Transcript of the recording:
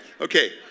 okay